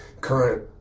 current